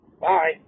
Bye